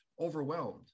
overwhelmed